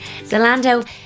Zalando